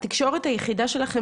התקשורת היחידה שלכם,